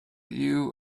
you